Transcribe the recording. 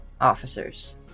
officers